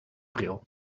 bril